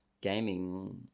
gaming